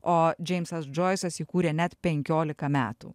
o džeimsas džoisas jį kūrė net penkiolika metų